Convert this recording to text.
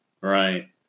Right